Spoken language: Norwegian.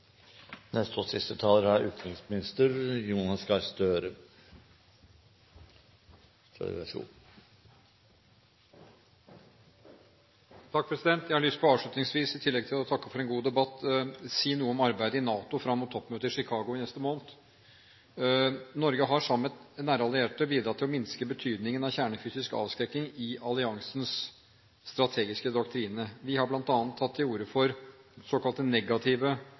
Jeg har lyst til avslutningsvis, i tillegg til å takke for en god debatt, å si noe om arbeidet i NATO fram mot toppmøtet i Chicago i neste måned. Norge har, sammen med nære allierte, bidratt til å minske betydningen av kjernefysisk avskrekking i alliansens strategiske doktrine. Vi har bl.a. tatt til orde for såkalte negative